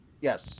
Yes